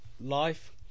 life